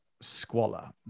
squalor